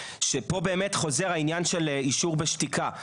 שפה באמת חוזר העניין של אישור בשתיקה.